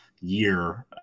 year